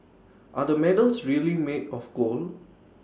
are the medals really made of gold